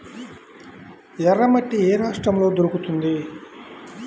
ఎర్రమట్టి ఏ రాష్ట్రంలో దొరుకుతుంది?